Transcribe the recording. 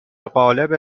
قالب